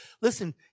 listen